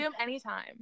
anytime